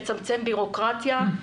לצמצם בירוקרטיה.